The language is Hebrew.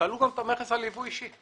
תעלו גם את המכס על יבוא אישי.